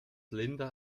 linda